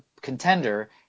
contender